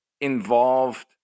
involved